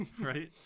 right